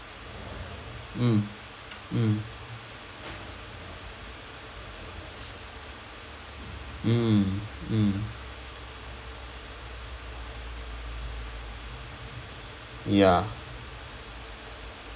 mm mm mm mm ya